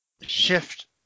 shift